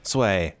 Sway